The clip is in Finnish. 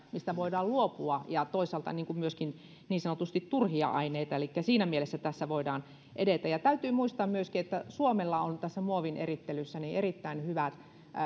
mistä voidaan luopua ja toisaalta myöskin niin sanotusti turhia aineita elikkä siinä mielessä tässä voidaan edetä täytyy muistaa myöskin että suomella on muovin erittelyssä erittäin hyvät